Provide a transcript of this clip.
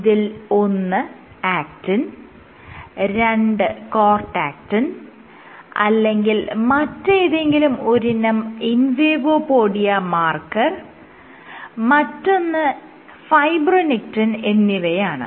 ഇതിൽ ഒന്ന് ആക്ടിൻ രണ്ട് കോർട്ടാക്റ്റിൻ അല്ലെങ്കിൽ മറ്റേതെങ്കിലും ഒരിനം ഇൻവേഡോപോഡിയ മാർക്കർ മറ്റൊന്ന് ഫൈബ്രോനെക്റ്റിൻ എന്നിവയാണ്